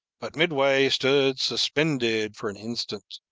but midway stood suspended for an instant,